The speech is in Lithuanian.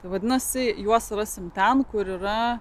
vadinasi juos rasime ten kur yra